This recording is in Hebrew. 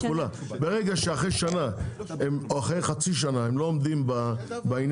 ברגע שאחרי שנה או אחרי חצי שנה הם לא עומדים בעניין